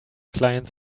clients